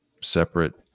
separate